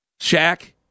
Shaq